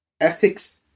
ethics